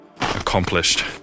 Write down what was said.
accomplished